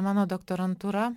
mano doktorantūra